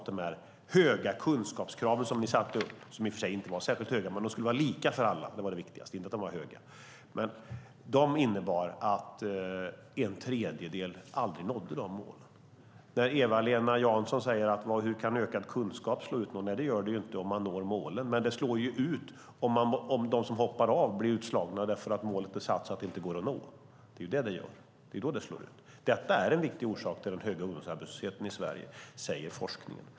De höga kunskapskrav som ni satte upp var i och för sig inte särskilt höga, men de skulle vara lika för alla. Det var det viktigaste. Det viktigaste var inte att de var höga. Dessa krav innebar att en tredjedel aldrig nådde målen. Eva-Lena Jansson frågar hur ökad kunskap kan slå ut någon. Det gör det inte om man når målen. Men det slår ut om de som hoppar av blir utslagna därför att målet blir satt så att det inte går att nå. Det är det det gör; det är då det slår ut. Detta är en viktig orsak till den höga ungdomsarbetslösheten i Sverige. Det säger forskningen.